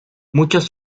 muchos